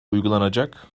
uygulanacak